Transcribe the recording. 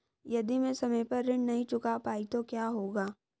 यदि मैं समय पर ऋण नहीं चुका पाई तो क्या होगा?